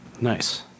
Nice